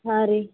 ಹಾಂ ರೀ